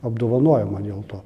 apdovanojimą dėl to